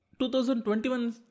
2021